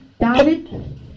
David